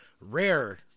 rare